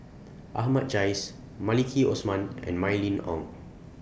Ahmad Jais Maliki Osman and Mylene Ong